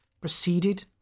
proceeded